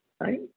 Right